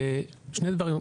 שני דברים,